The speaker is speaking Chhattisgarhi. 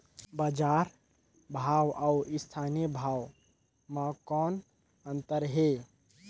बजार भाव अउ स्थानीय भाव म कौन अन्तर हे?